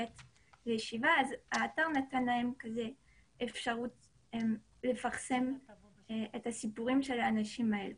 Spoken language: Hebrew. שבעה והאתר נתן להם אפשרות לפרסם את הסיפורים של האנשים האלה.